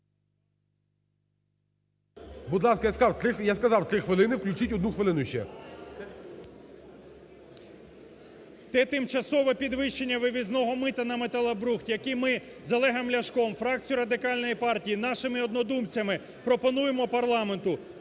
Будь ласка, я сказав, три хвилини. Включіть одну хвилину ще. ГАЛАСЮК В.В. …тимчасове підвищення вивізного мита на металобрухт, який ми з Олегом Ляшком, фракцією Радикальної партії, нашими однодумцями пропонуємо парламенту,